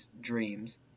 dreams